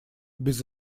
без